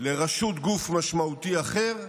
לראשות גוף משמעותי אחר,